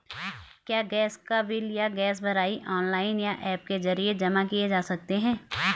क्या गैस का बिल या गैस भराई ऑनलाइन या ऐप के जरिये जमा किये जा सकते हैं?